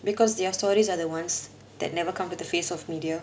because their are stories are the ones that never come to the face of media